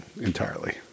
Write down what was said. entirely